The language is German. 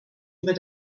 über